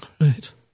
Right